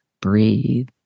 breathe